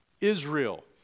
Israel